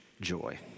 joy